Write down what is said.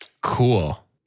Cool